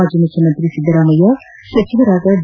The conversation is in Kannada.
ಮಾಜಿ ಮುಖ್ಯಮಂತ್ರಿ ಒದ್ದರಾಮಯ್ಯ ಸಚಿವರಾದ ಡಿ